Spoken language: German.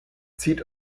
zieht